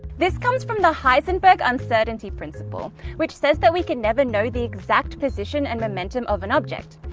this comes from the heisenberg uncertainty principle which says that we can never know the exact position and momentum of an object.